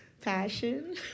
Passion